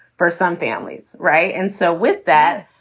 for some families. right. and so with that,